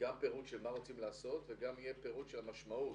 פירוט של מה רוצים לעשות וגם יהיה פירוט של המשמעות.